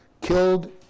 killed